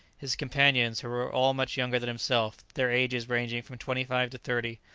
his companions, who were all much younger than himself, their ages ranging from twenty-five to thirty,